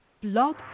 blog